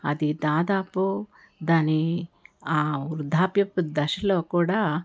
అది దాదాపు దాని ఆ వృద్ధాప్యపు దశలో కూడా